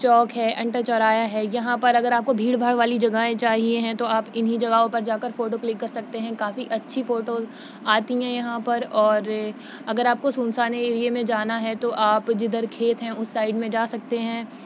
چوک ہے انٹا چورایا ہے یہاں پر اگر آپ بھیڑ بھاڑ والی جگہیں چاہیے ہیں تو آپ انہی جگہوں پر جا کر فوٹو کلک کر سکتے ہیں کافی اچھی فوٹوز آتی ہیں یہاں پر اور اگر آپ کو سنسان ایریے میں جانا ہے تو آپ جدھر کھیت ہیں اس سائڈ میں جا سکتے ہیں